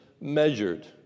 measured